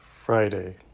Friday